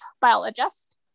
biologist